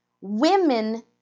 women